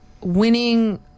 winning